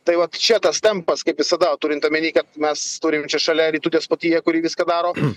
tai vat čia tas tempas kaip visada turint omeny kad mes turim čia šalia rytų despotiją kuri viską daro